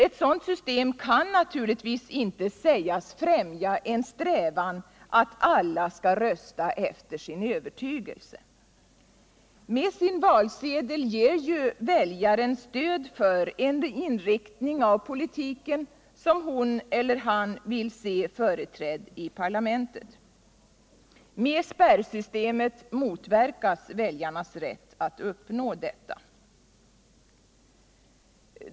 Ett sådant system kan givetvis inte sägas främja en strävan att alla skall rösta efter sin övertygelse. Med sin valsedel ger väljaren stöd för en inriktning av politiken som hon eller han vill se företrädd i parlamentet. Med spärrsystemet motverkas väljarnas rätt att uppnå detta.